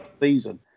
season